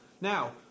Now